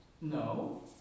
No